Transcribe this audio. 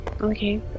Okay